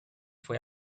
fue